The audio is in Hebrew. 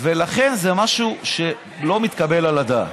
לכן זה משהו שלא מתקבל על הדעת.